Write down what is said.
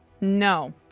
No